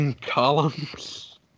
columns